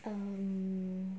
um